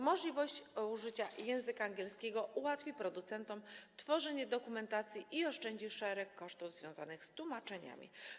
Możliwość użycia języka angielskiego ułatwi producentom tworzenie dokumentacji i oszczędzi szereg kosztów związanych z tłumaczeniami.